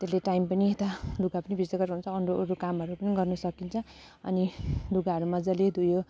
त्यसले टाइम पनि यता लुगा पनि भिज्दै गरेको हुन्छ अरू कामहरू पनि गर्नु सकिन्छ अनि लुगाहरू मजाले धोयो